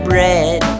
Bread